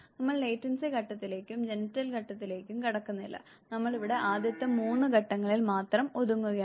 നമ്മൾ ലേറ്റൻസി ഘട്ടത്തിലേക്കും ജെനിറ്റൽ ഘട്ടത്തിലേക്കും കടക്കുന്നില്ല നമ്മൾ ഇവിടെ ആദ്യത്തെ 3 ഘട്ടങ്ങളിൽ മാത്രം ഒതുങ്ങുകയാണ്